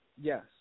Yes